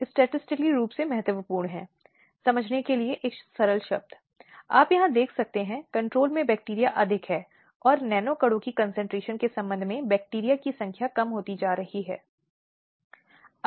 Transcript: इसलिए उसे किसी भी तरह से जिम्मेदार नहीं ठहराया जा सकता है बल्कि यह उस व्यक्ति का कृत्य है जो अभियुक्त है जो पूरी तरह से इस अधिनियम को बनाए रखने के लिए जिम्मेदार है